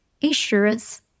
insurance